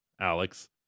Alex